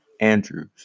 Andrews